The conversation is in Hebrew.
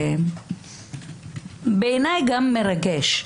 שבעיני הוא גם מרגש.